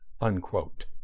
unquote